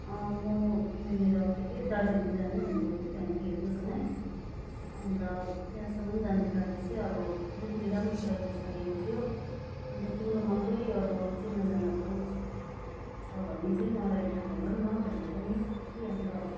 म यहाँनिर के रे दार्जिलिङ जानु भनेको कि फ्यामिलीहरूसँग अन्त त्यहाँसम्म जानको लागि चाहिँ अब अलिकति राम्रो ड्राइभर चाहिएको थियो अन्त तिम्रोमा कोही अब चिनाजानाहरू छ भने चाहिँ मलाई भनिदेऊ न भनेर नि कि अन्त